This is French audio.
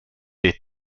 les